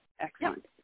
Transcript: Excellent